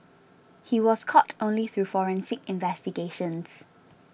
he was caught only through forensic investigations